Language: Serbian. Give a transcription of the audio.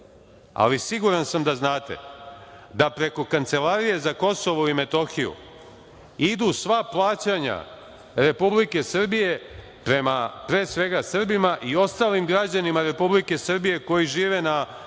ali siguran sam da znate da preko Kancelarije za Kosovo i Metohiju idu sva plaćanja Republike Srbije prema, pre svega, Srbima i ostalim građanima Republike Srbije koji žive na